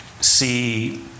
see